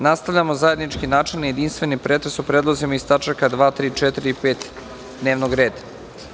Nastavljamo zajednički načelni i jedinstveni pretres o predlozima iz tačaka 2, 3, 4. i 5. dnevnog reda.